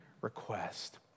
request